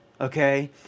okay